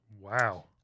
Wow